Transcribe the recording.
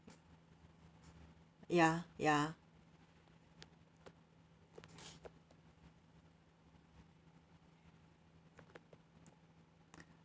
ya ya